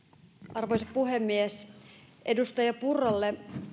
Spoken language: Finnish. arvoisa puhemies edustaja purralle